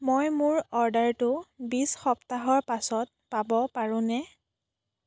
মই মোৰ অৰ্ডাৰটো বিশ সপ্তাহৰ পাছত পাব পাৰোঁনে